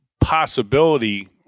possibility